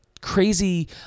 crazy